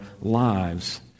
lives